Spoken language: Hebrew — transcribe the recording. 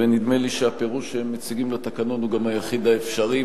ונדמה לי שהפירוש שהם מציגים לתקנון הוא גם היחיד האפשרי,